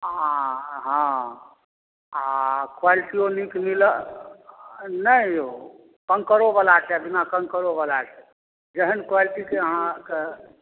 हॅं हॅं आ क्वॉलिटियो नीक मिलत नहि यौ कंकड़ो वाला यऽ बिना कंकड़ो वाला यऽ जेहन क्वालिटीके अहाँकेँ